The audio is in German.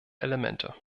elemente